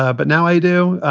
ah but now i do.